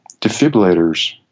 defibrillators